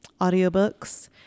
audiobooks